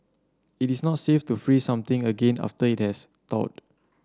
it is not safe to freeze something again after it has thawed